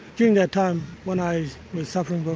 during that time when i was suffering from